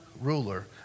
ruler